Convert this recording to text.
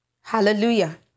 hallelujah